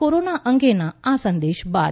corona અંગેના આ સંદેશ બાદ